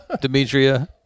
Demetria